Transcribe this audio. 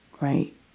right